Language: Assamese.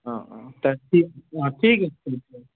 অঁ অঁ তাৰ ঠিক অঁ ঠিক আছে নিশ্চয়